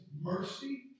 mercy